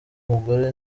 mugore